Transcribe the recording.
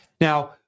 Now